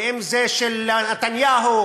ואם זה של נתניהו,